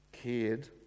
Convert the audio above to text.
cared